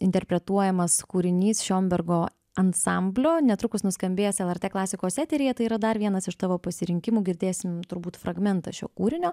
interpretuojamas kūrinys šiombergo ansamblio netrukus nuskambės lrt klasikos eteryje tai yra dar vienas iš tavo pasirinkimų girdėsim turbūt fragmentą šio kūrinio